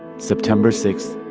september six,